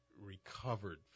recovered